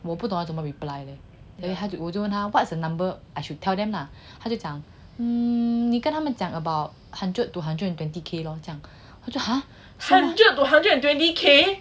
我不懂要怎么 reply leh then 他就我就问他 what's the number I should tell them lah 他就讲 mm 你跟他们讲 about hundred to hundred and twenty K lor 这样我就 !huh! hundred to hundred and twenty k